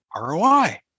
ROI